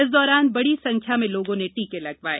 इस दौरान बड़ी संख्या में लोगों ने टीके लगवाये